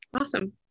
Awesome